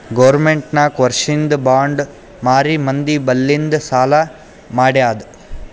government ನಾಕ್ ವರ್ಷಿಂದ್ bond ಮಾರಿ ಮಂದಿ ಬಲ್ಲಿಂದ್ ಸಾಲಾ ಮಾಡ್ಯಾದ್